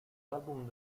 album